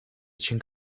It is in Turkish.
için